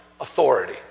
authority